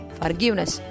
forgiveness